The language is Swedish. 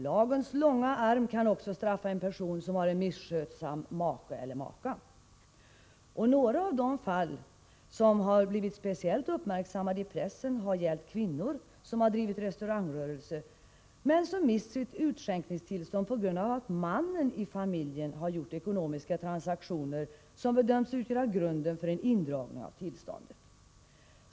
Lagens långa arm kan också straffa en person som har en misskötsam make eller maka. Några av de fall som blivit speciellt uppmärksammade i pressen har gällt kvinnor som bedrivit restaurangrörelse men som mist sitt utskänkningstillstånd på grund av att mannen i familjen har gjort ekonomiska transaktioner, som bedömts utgöra grund för en indragning av tillståndet.